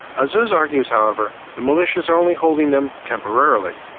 azzuz argues, however, the militias are only holding them temporarily.